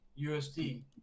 USD